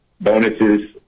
bonuses